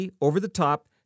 over-the-top